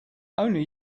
only